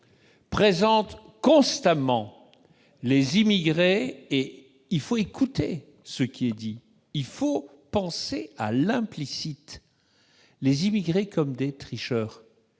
présentent constamment les immigrés- il faut écouter ce qui est dit, il faut penser à l'implicite -comme des tricheurs,